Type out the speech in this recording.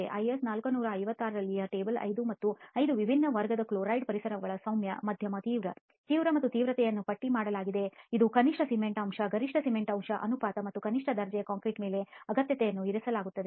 IS 456 ರಲ್ಲಿನ table 5 ಇದು 5 ವಿಭಿನ್ನ ವರ್ಗದ ಕ್ಲೋರೈಡ್ ಪರಿಸರವನ್ನು ಸೌಮ್ಯ ಮಧ್ಯಮ ತೀವ್ರ ತೀವ್ರ ಮತ್ತು ತೀವ್ರತೆಯನ್ನು ಪಟ್ಟಿ ಮಾಡುತ್ತದೆ ಮತ್ತು ಇದು ಕನಿಷ್ಟ ಸಿಮೆಂಟ್ಅಂಶ ಗರಿಷ್ಠ ನೀರಿನ ಸಿಮೆಂಟ್ ಅನುಪಾತ ಮತ್ತು ಕನಿಷ್ಠ ದರ್ಜೆಯ ಕಾಂಕ್ರೀಟ್ ಮೇಲೆ ಅಗತ್ಯತೆಗಳನ್ನು ಇರಿಸುತ್ತದೆ